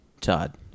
Todd